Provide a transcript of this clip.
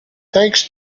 thanks